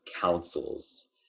councils